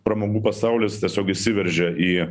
pramogų pasaulis tiesiog įsiveržia į